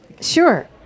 Sure